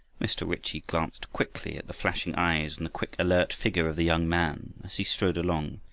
mr. ritchie glanced quickly at the flashing eyes and the quick, alert figure of the young man as he strode along,